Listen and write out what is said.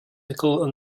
nicole